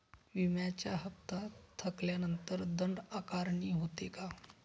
विम्याचा हफ्ता थकल्यानंतर दंड आकारणी होते का?